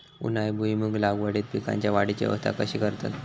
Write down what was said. उन्हाळी भुईमूग लागवडीत पीकांच्या वाढीची अवस्था कशी करतत?